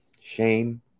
Shame